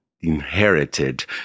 inherited